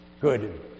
good